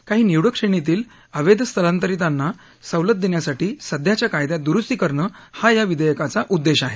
काही निवडक श्रेणीतील अवैध स्थलांतरितांना सवलत देण्यासाठी सध्याच्या कायद्यात द्रुस्ती करणं हा या विधेयकाचा उद्देश आहे